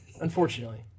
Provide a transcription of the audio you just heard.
unfortunately